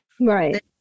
right